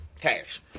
Cash